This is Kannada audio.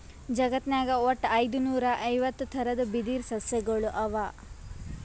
ಜಗತ್ನಾಗ್ ವಟ್ಟ್ ಐದುನೂರಾ ಐವತ್ತ್ ಥರದ್ ಬಿದಿರ್ ಸಸ್ಯಗೊಳ್ ಅವಾ